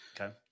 Okay